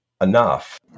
enough